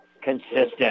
Consistent